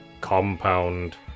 compound